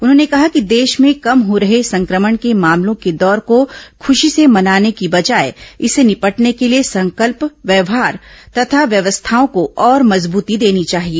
उन्होंने कहा कि देश में कम हो रहे संक्रमण के मामलों के दौर को खूशी से मनाने की बजाए इससे निपटने के लिए संकल्प व्यवहार तथा व्यवस्थाओं को और मजबूती देनी चाहिए